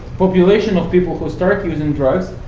population of people who start using drugs